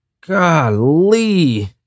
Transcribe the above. golly